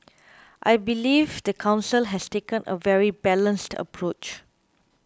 I believe the Council has taken a very balanced approach